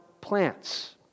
plants